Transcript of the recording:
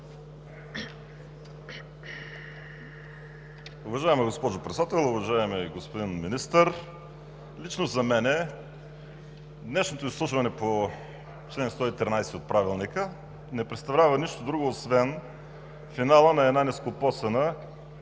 Уважаема госпожо Председател, уважаеми господин Министър, лично за мен днешното изслушване по чл. 113 от Правилника не представлява нищо друго освен финала на една нескопосана,